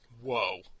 Whoa